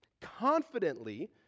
confidently